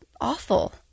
awful